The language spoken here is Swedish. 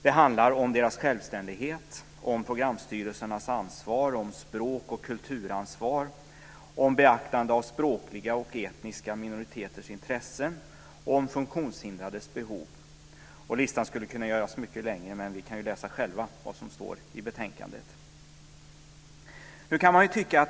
Det handlar om deras självständighet, om programstyrelsernas ansvar, om språk och kulturansvar, om beaktande av språkliga och etniska minoriteters intressen och om funktionshindrades behov. Listan skulle kunna göras mycket längre, men vi kan ju läsa själva vad som står i betänkandet.